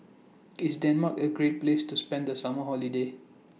IS Denmark A Great Place to spend The Summer Holiday